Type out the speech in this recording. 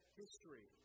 history